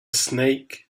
snake